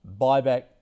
buyback